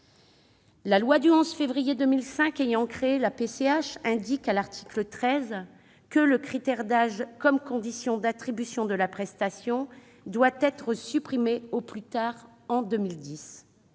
La loi du 11 février 2005 ayant créé la PCH dispose en son article 13 que le critère de l'âge comme condition d'attribution de la prestation doit être supprimé au plus tard en 2010.